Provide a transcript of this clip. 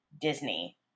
Disney